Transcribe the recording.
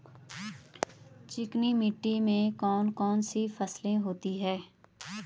चिकनी मिट्टी में कौन कौन सी फसलें होती हैं?